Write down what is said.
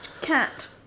cat